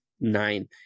nine